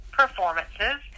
performances